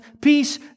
peace